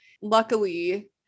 Luckily